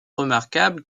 remarquable